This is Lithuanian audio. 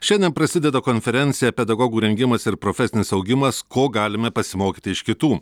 šiandien prasideda konferencija pedagogų rengimas ir profesinis augimas ko galime pasimokyti iš kitų